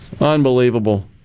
Unbelievable